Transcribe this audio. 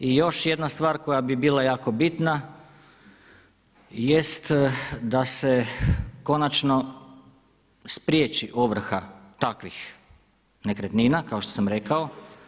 I još jedna stvar koja bi bila jako bitna jest da se konačno spriječi ovrha takvih nekretnina kao što sam rekao.